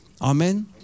Amen